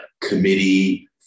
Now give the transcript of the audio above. committee